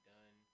Done